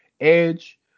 Edge